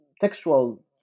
textual